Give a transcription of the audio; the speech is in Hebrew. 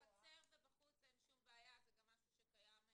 בחצר ובחוץ אין שום בעיה זה גם משהו שקיים היום,